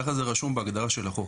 ככה זה רשום בהגדרה של החוק.